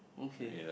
okay